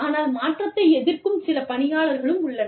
ஆனால் மாற்றத்தை எதிர்க்கும் சில பணியாளர்களும் உள்ளனர்